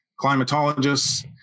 climatologists